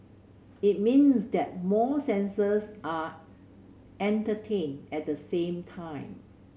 it means that more senses are entertained at the same time